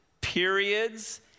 periods